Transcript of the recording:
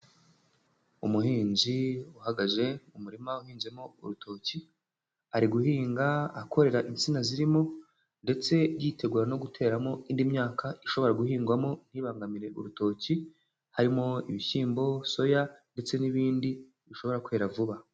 Umuhinzi uhagaze mu murima uhinzemo urutoki, ari guhinga akorera insina zirimo ndetse yitegura no guteramo indi myaka ishobora guhingwamo ntibangamire urutoki, harimo ibishyimbo, soya ndetse n'ibindi bishobora kwera vuba.